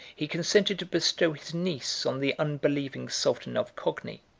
he consented to bestow his niece on the unbelieving sultan of cogni